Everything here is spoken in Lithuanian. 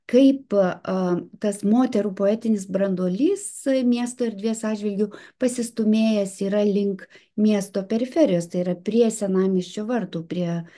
kaip tas moterų poetinis branduolys miesto erdvės atžvilgiu pasistūmėjęs yra link miesto periferijos tai yra prie senamiesčio vartų prie